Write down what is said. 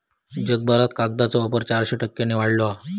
जगभरात कागदाचो वापर चारशे टक्क्यांनी वाढलो हा